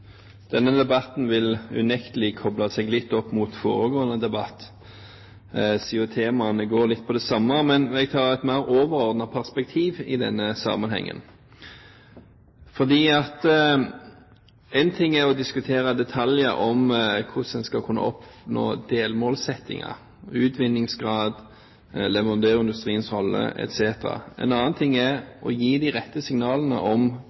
Denne debatten vil unektelig kople seg litt opp mot foregående debatt, dvs. at temaene går litt på det samme, men jeg har et mer overordnet perspektiv i denne sammenhengen. Én ting er å diskutere detaljer om hvordan en skal kunne oppnå delmålsettinger, utvinningsgrad, leverandørindustriens rolle etc., en annen ting er å gi de rette signalene om